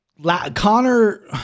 Connor